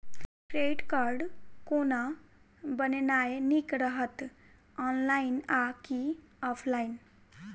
Credit card कोना बनेनाय नीक रहत? ऑनलाइन आ की ऑफलाइन?